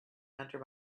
under